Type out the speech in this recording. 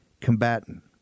combatant